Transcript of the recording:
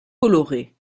colorées